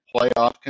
playoff